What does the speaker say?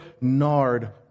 nard